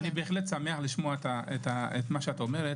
אני שמח לשמוע מה שאת אומר.